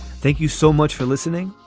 thank you so much for listening.